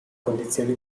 condizioni